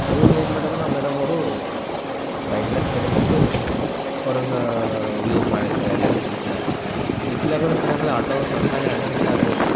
ಅದು ಏನು ಮಾಡ್ಯಾರ ನಮ್ಮ ಮೇಡಮ್ ಅವರು ಬ್ರೈಟ್ನೆಸ್ ಕಡಿಮೆ ಇಟ್ಟು ಹೊರ್ಗೆ ಯೂಸ್ ಮಾಡಿದ್ದಾರ್ ಅಲ್ಲಿ ಬಿಸ್ಲಾಗೆ ಬಿಸ್ಲಾಗೆ ಅದು ಖರೆ ಅಂದರೆ ಆಟೊ ತಂತಾನೇ ಅಡ್ಜಸ್ಟ್ ಆಗಬೇಕು